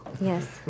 Yes